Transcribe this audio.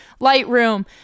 Lightroom